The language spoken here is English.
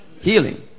Healing